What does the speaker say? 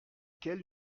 quel